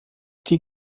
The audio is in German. die